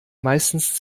meistens